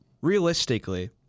realistically